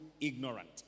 ignorant